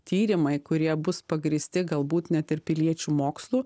tyrimai kurie bus pagrįsti galbūt net ir piliečių mokslu